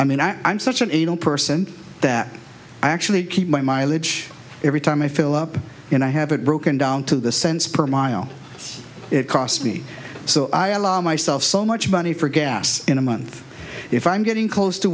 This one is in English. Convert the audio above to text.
such and i'm such an anal person that i actually keep my mileage every time i fill up and i have it broken down to the cents per mile it costs me so i allow myself so much money for gas in a month if i'm getting close to